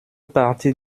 partie